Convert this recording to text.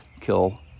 kill